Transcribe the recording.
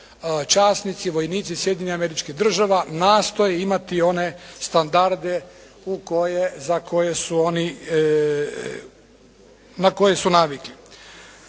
časnici, vojnici Sjedinjenih Američkih Drava nastoje imati one standarde za koje su oni,